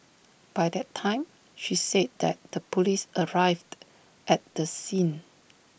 by that time she said that the Police arrived at the scene